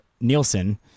Nielsen